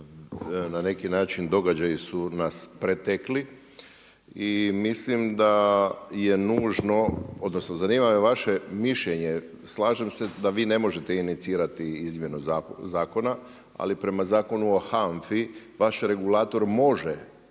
na neki način događaji su nas pretekli i mislim da je nužno odnosno zanima me vaše mišljenje. Slažem se da vi ne možete inicirati izmjenu zakona, ali prema Zakonu o HANFA-i vaš regulator može